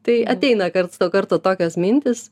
tai ateina karts nuo karto tokios mintys